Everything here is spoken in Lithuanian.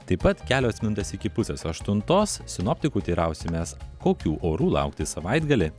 taip pat kelios minutės iki pusės aštuntos sinoptikų teirausimės kokių orų laukti savaitgalį